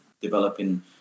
developing